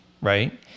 right